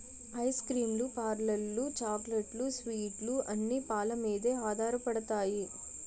ice cream లు పార్లర్లు చాక్లెట్లు స్వీట్లు అన్ని పాలమీదే ఆధారపడతాయి